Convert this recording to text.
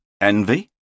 envy